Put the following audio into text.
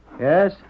Yes